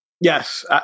Yes